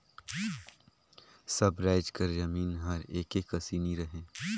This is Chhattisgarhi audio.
सब राएज कर जमीन हर एके कस नी रहें